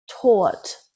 taught